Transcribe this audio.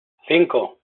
cinco